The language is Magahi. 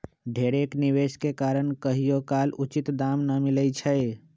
ढेरेक निवेश के कारण कहियोकाल उचित दाम न मिलइ छै